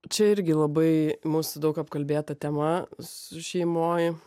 čia irgi labai mūsų daug apkalbėta tema su šeimoj